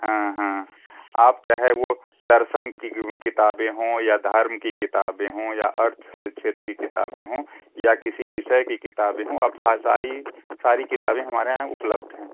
हाँ हाँ आप चाहे वो दर्शन की वो किताबें हों या धर्म की किताबें हों या अर्थ क्षेत्र की किताबें हों या किसी विषय की किताबें हों आप हा सारी सारी किताबें हमारे यहाँ उपलब्ध हैं